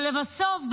ולבסוף,